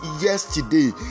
yesterday